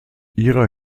ihrer